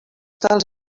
dels